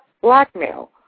blackmail